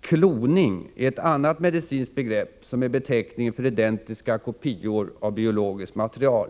Kloning är ett annat medicinskt begrepp, som är beteckningen för identiska kopior av biologisk material.